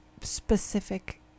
specific